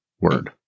Word